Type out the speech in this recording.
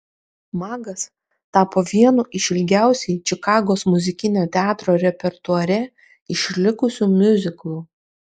magas tapo vienu iš ilgiausiai čikagos muzikinio teatro repertuare išlikusių miuziklų